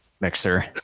mixer